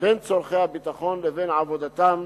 בין צורכי הביטחון לבין עבודתם